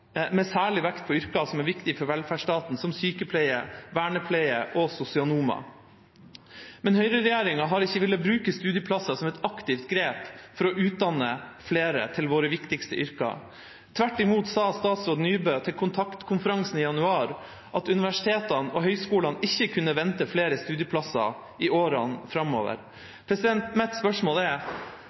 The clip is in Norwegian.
med særlig vekt på yrker som er viktige for velferdsstaten, som sykepleiere, vernepleiere og sosionomer. Men høyreregjeringa har ikke villet bruke studieplasser som et aktivt grep for å utdanne flere til våre viktigste yrker. Tvert imot sa statsråd Nybø i Kontaktkonferansen i januar at universitetene og høyskolene ikke kunne vente flere studieplasser i årene framover. Mitt spørsmål er: